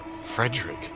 Frederick